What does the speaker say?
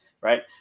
Right